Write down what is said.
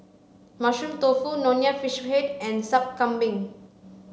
mushroom tofu nonya fish head and sup kambing